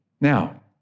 Now